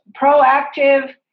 proactive